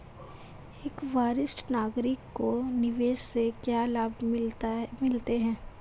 एक वरिष्ठ नागरिक को निवेश से क्या लाभ मिलते हैं?